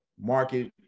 market